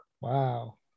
Wow